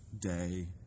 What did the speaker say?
day